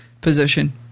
position